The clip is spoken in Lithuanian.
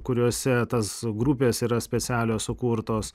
kuriuose tos grupės yra specialios sukurtos